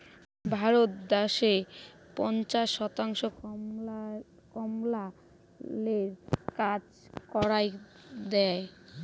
ভারতত দ্যাশের পঞ্চাশ শতাংশ কামলালার কাজ কামাই দ্যায়